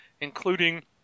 including